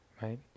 right